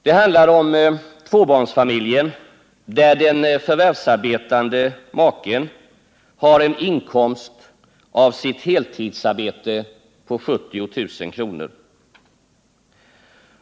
Det handlar om tvåbarnsfamiljen där den förvärvsarbetande maken har en inkomst av sitt heltidsarbete på 70 000 kr.